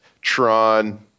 Tron